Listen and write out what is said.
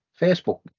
Facebook